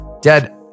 Dad